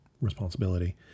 responsibility